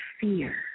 fear